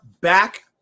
back